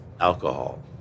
alcohol